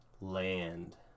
Land